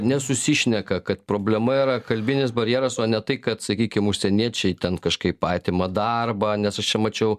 nesusišneka kad problema yra kalbinis barjeras o ne tai kad sakykim užsieniečiai ten kažkaip atima darbą nes aš čia mačiau